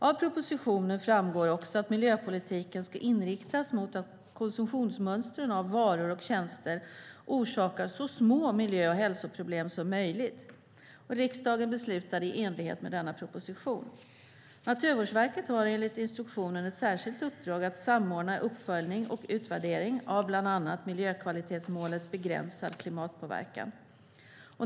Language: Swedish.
Av propositionen framgår också att miljöpolitiken ska inriktas mot att konsumtionsmönstren av varor och tjänster orsakar så små miljö och hälsoproblem som möjligt. Riksdagen beslutade i enlighet med denna proposition. Naturvårdsverket har enligt instruktionen ett särskilt uppdrag att samordna uppföljning och utvärdering av bland annat miljökvalitetsmålet Begränsad klimatpåverkan.